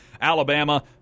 Alabama